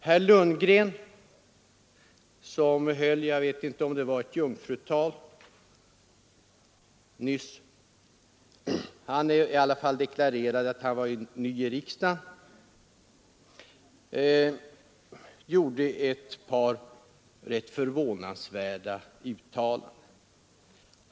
Herr Lundgren gjorde — jag vet inte om det var hans jungfrutal, han deklarerade i alla fall att han var ny i riksdagen — ett par rätt förvånansvärda uttalanden.